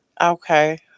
Okay